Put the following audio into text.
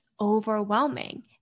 overwhelming